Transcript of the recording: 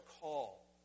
call